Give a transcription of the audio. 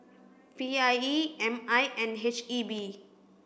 P I E M I and H E B